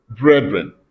brethren